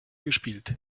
gespielt